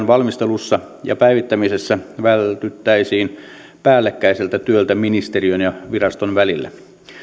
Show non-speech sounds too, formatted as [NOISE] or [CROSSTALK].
[UNINTELLIGIBLE] valmistelussa ja päivittämisessä vältyttäisiin päällekkäiseltä työltä ministeriön ja viraston välillä